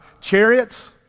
chariots